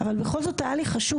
אבל בכל זאת היה לי חשוב,